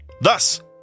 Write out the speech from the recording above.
thus